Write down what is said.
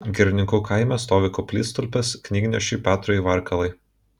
girininkų kaime stovi koplytstulpis knygnešiui petrui varkalai